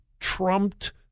Trumped